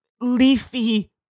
leafy